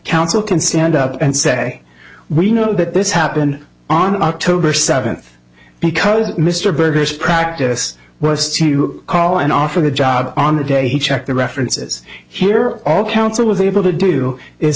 counsel can stand up and say we know that this happened on october seventh because mr berger is practice was to call and offer the job on the day he checked the references here all counsel was able to do is